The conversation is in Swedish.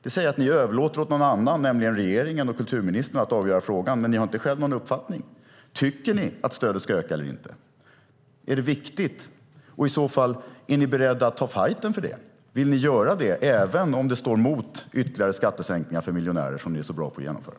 Det säger att ni överlåter åt någon annan, nämligen regeringen och kulturministern, att avgöra frågan, men ni har inte själva någon uppfattning. Tycker ni att stödet ska öka eller inte? Är det viktigt, och är ni i så fall beredda att ta fajten för det? Vill ni göra det även om det står mot ytterligare skattesänkning för miljonärer, som ni är så bra på att genomföra?